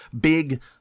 big